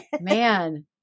man